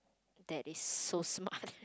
that is so smart